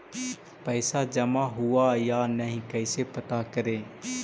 पैसा जमा हुआ या नही कैसे पता करे?